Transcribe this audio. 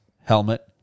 helmet